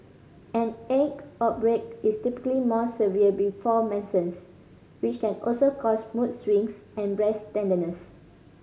an acne outbreak is typically more severe before menses which can also cause mood swings and breast tenderness